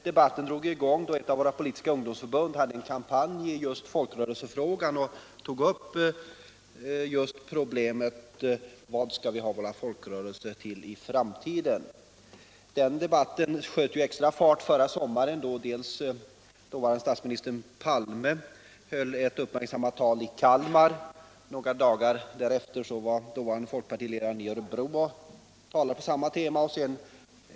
Debatten drogs i gång då ett av våra politiska ungdomsförbund hade en kampanj i folkrörelsefrågan och tog upp frågan om vad vi skall ha våra folkrörelser till i framtiden. Förra sommaren sköt debatten extra fart, när dåvarande statsministern Palme höll ett uppmärksammat tal i Kalmar. Några dagar därefter var folkpartiledaren i Örebro och talade på samma tema.